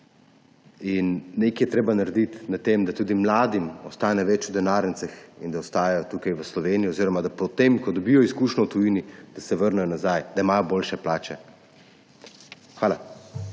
Nekaj je treba narediti na tem, da tudi mladim ostane več v denarnicah in da ostajajo tukaj v Sloveniji oziroma da potem, ko dobijo izkušnje v tujini, se vrnejo nazaj, da imajo boljše plače. Hvala.